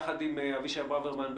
יחד עם אבישי ברוורמן,